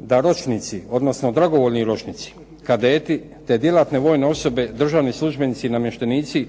da ročnici odnosno dragovoljni ročnici, kadeti te djelatne vojne osobe, državni službenici i namještenici